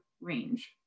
range